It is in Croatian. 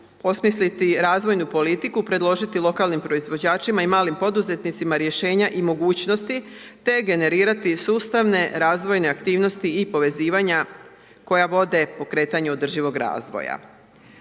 osmisliti razvojnu politiku, predložiti lokalnim proizvođačima i malim poduzetnicima rješenja i mogućnosti, te generirati sustavne razvojne aktivnosti i povezivanja koja vode pokretanju održivog razvoja.